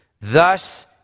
thus